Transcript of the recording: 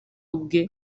ubwe